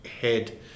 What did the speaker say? head